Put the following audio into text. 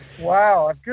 Wow